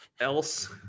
Else